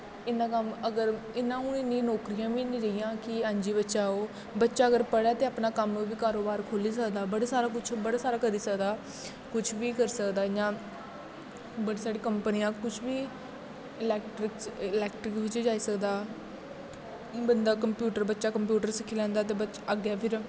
इन्ना कम्म अगर इ'यां हून इन्नी नौकरियां बी निं रेहियां ऐ कि हां जी बच्चा ओह् बच्चा अगर पढ़ै ते अपना कम्म कारोबार खोह्ली सकदा बड़ा सारा कुछ बड़ा सारा करी सकदा कुछ बी करी सकदा इ'यां बड़ी सारी कंपनियां कुछ बी इलैक्ट्रीक्स इलैक्ट्री च जाई सकदा बंदा कंप्यूटर बच्चा कंप्यूटर सिक्खी लैंदे ते बच्चा अग्गें फिर